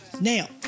Now